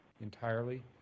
entirely